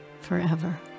forever